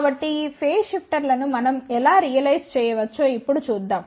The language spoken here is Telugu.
కాబట్టి ఈ ఫేస్ షిఫ్టర్లను మనం ఎలా రియలైజ్ చేయవచ్చో ఇప్పుడు చూద్దాం